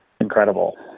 incredible